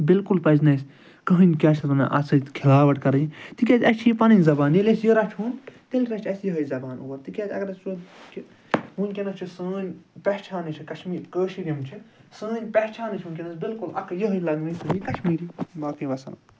بِلکُل پَزِ نہٕ اَسہِ کٔہٕنۍ کیٛاہ چھِ اَتھ وَنان اَتھ سۭتۍ کھلاوٹھ کَرٕنۍ تِکیٛازِ اَسہِ چھِ یہِ پَنٛنٕۍ زبان ییٚلہِ أسۍ یہِ رَچھٕ ہُن تیٚلہِ رَچھِ اَسہِ یِہٕے زبان اورٕ تِکیٛازِ اگر أسۍ وُچھَو کہ ؤنکیٚنَس چھِ سٲنۍ پہچھانٕے چھِ کَشمیٖر کٲشِر یِم چھِ سٲنۍ پہچھانٕے چھِ ؤنکیٚنَس بِلکُل اَکھ یِہٕے لَنٛگویج یہِ کَشمیٖری باقٕے وَسَلَم